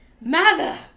Mother